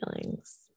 feelings